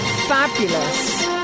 Fabulous